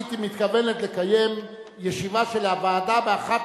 היא מתכוונת לקיים ישיבה של הוועדה באחת